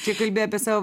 čia kalbi apie savo